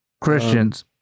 Christians